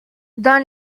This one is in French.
dans